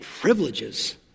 privileges